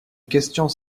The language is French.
questions